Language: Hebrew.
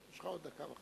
יש לך עוד דקה.